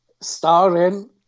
Starring